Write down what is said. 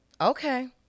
Okay